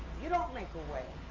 you don't make a way